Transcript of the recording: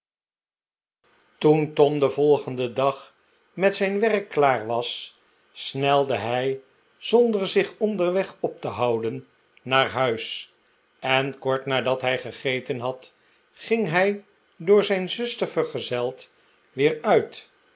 toen tom den volgenden dag met zijn werk klaar was snelde hij zonder zich onderweg op te houden naar huis en kort nadat hij gegeten had ging hij door zijn zuster vergezeld weer uit